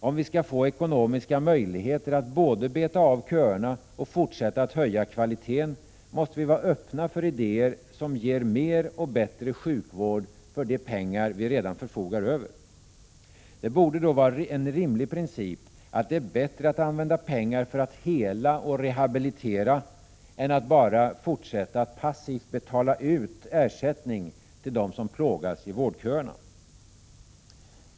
Om vi skall få ekonomiska möjligheter att både beta av köerna och fortsätta att höja kvaliteten, måste vi vara öppna för idéer som ger mer och bättre sjukvård för de pengar vi redan har till förfogande. Det borde då vara en rimlig princip att det är bättre att använda pengar för att hela och rehabilitera än att bara fortsätta att passivt betala ut ersättning för den som plågas i vårdköerna.